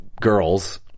girls